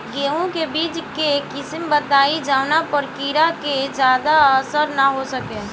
गेहूं के बीज के किस्म बताई जवना पर कीड़ा के ज्यादा असर न हो सके?